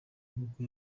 nk’uko